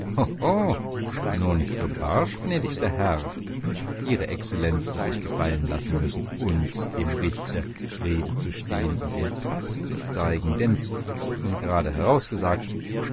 nur nicht so barsch gnädigster herr ihre exzellenz wird sich gefallen lassen müssen uns dem richter rede zu stehen und den paß zu zeigen denn nun gerade herausgesagt